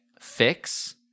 fix